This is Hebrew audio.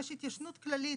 יש התיישנות כללית